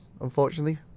unfortunately